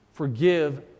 Forgive